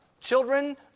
Children